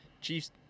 Chiefs